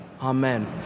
Amen